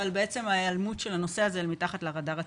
אבל בעצם ההיעלמות של הנושא הזה אל מתחת לרדאר הציבורי.